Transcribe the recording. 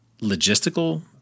logistical